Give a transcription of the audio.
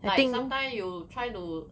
like sometimes you try to